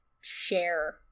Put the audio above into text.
share